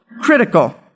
critical